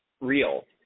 real